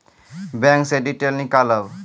Bank से detail नीकालव?